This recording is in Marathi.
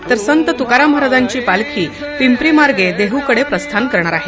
तर संत तुकाराम महाराजांची पालखी पिंपरी मार्गे देहकडे प्रस्थान करणार आहे